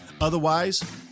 Otherwise